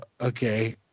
okay